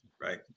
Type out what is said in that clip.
right